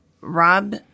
rob